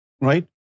Right